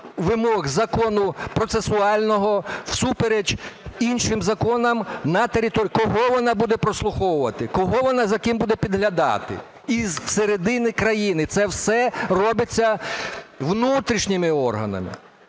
вимог закону процесуального, всупереч іншим законам на території? Кого вона буде прослуховувати, за ким буде підглядати зсередини країни? Це все робиться внутрішніми органами.